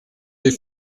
des